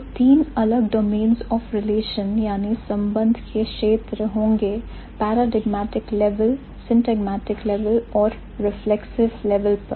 तो तीन अलग domains of relation संबंध के क्षेत्र होंगे paradigmatic level syntagmatic level और reflexive level पर